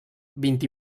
vint